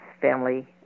family